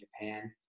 Japan